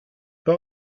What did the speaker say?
pas